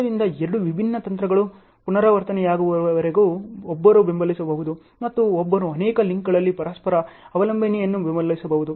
ಆದ್ದರಿಂದ ಎರಡು ವಿಭಿನ್ನ ತಂತ್ರಗಳು ಪುನರಾವರ್ತನೆಯಾಗುವವರೆಗೂ ಒಬ್ಬರು ಬೆಂಬಲಿಸಬಹುದು ಮತ್ತು ಒಬ್ಬರು ಅನೇಕ ಲಿಂಕ್ಗಳಲ್ಲಿ ಪರಸ್ಪರ ಅವಲಂಬನೆಯನ್ನು ಬೆಂಬಲಿಸಬಹುದು